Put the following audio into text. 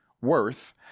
Worth